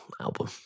album